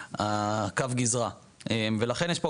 הקו גזרה ולכן, יש פה